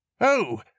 Oh